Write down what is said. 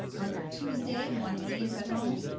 under tuesday, one b is at home,